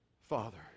Father